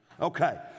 Okay